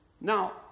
Now